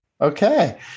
Okay